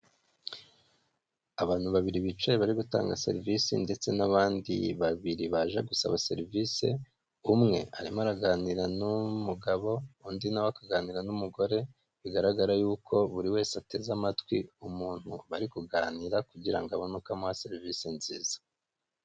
Abantu babiri bicaye bari gutanga serivisi ndetse n'abandi babiri baje gusaba serivisi, umwe arimo araganira n'umugabo undi nawe akaganira n'umugore, bigaragara y'uko buri wese ateze amatwi umuntu bari kuganira kugira ngo abone uko amuha serivisi nziza.